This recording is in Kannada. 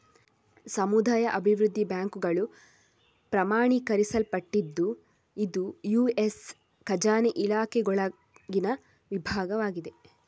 ಸಮುದಾಯ ಅಭಿವೃದ್ಧಿ ಬ್ಯಾಂಕುಗಳು ಪ್ರಮಾಣೀಕರಿಸಲ್ಪಟ್ಟಿದ್ದು ಇದು ಯು.ಎಸ್ ಖಜಾನೆ ಇಲಾಖೆಯೊಳಗಿನ ವಿಭಾಗವಾಗಿದೆ